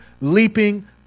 leaping